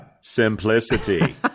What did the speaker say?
simplicity